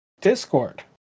Discord